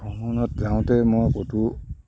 ভ্ৰমণত যাওঁতে মই ক'তো